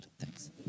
Thanks